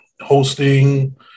hosting